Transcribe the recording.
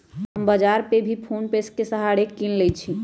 हम बजारो से फोनेपे के सहारे किनाई क लेईछियइ